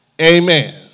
Amen